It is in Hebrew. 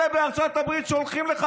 אלה בארצות הברית שולחים לך,